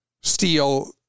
steal